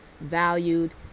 valued